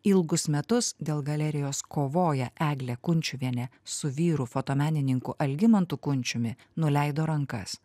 ilgus metus dėl galerijos kovoję eglė kunčiuvienė su vyru fotomenininku algimantu kunčiumi nuleido rankas